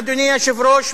אדוני היושב-ראש,